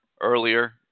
earlier